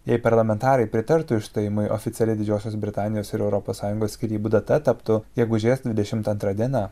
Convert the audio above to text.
jei parlamentarai pritartų išstojimui oficiali didžiosios britanijos ir europos sąjungos skyrybų data taptų gegužės dvidešimt antra diena